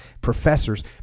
professors